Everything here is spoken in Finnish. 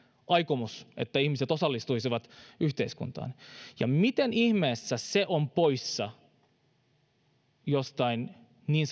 aikomus että ihmiset osallistuisivat yhteiskuntaan miten ihmeessä se on poissa joltain niin